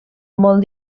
molt